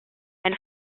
and